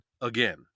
again